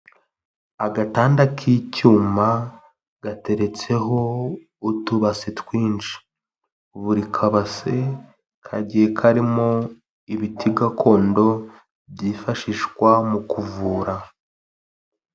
Agatanda k'icyuma gateretseho utubase twinshi, buri kabase kagiye karimo ibiti gakondo byifashishwa mu kuvura.